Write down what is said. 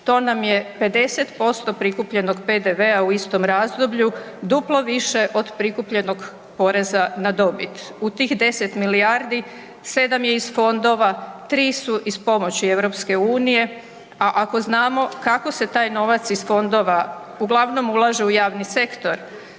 To nam je 50% prikupljenog PDV-a u istom razdoblju, duplo više od prikupljenog poreza na dobit. U tih 10 milijardi, 7 je iz fondova, 3 su iz pomoći EU, a ako znamo kako se taj novac iz fondova uglavnom ulaže u javni sektor,